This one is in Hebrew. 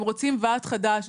הם רוצים ועד חדש.